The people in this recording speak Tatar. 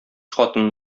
хатынын